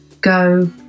go